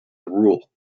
rule